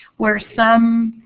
where some